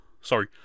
Sorry